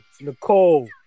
Nicole